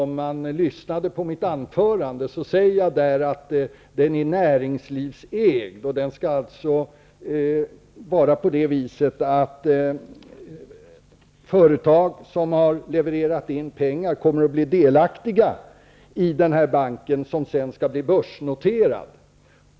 I mitt anförande sade jag att den skall vara näringslivsägd. Företag som har levererat in pengar kommer att bli delaktiga i den banken, som sedan skall bli börsnoterad.